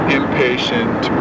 impatient